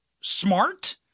smart